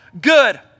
good